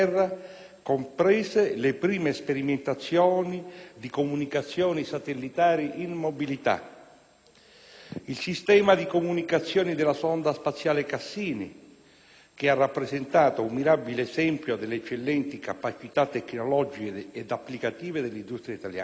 comprese le prime sperimentazioni di comunicazioni satellitari in mobilità; il sistema di comunicazioni della sonda spaziale «Cassini», che ha rappresentato un mirabile esempio delle eccellenti capacità tecnologiche ed applicative dell'industria italiana.